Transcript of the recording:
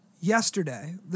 Yesterday